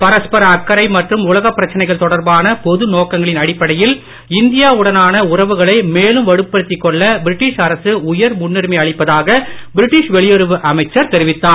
பரஸ்பர அக்கறை மற்றும் உலகப் பிரச்சனைகள் தொடர்பான பொது நோக்கங்களின் அடிப்படையில் இந்தியா உடனான உறவுகளை மேலும் வலுப்படுத்திக் கொள்ள பிரட்டீஷ் அரசு உயர் முன்னுரிமை அளிப்பதாக தெரிவித்தார்